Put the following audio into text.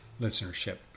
Listenership